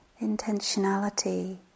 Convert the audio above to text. intentionality